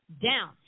Down